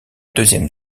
deuxième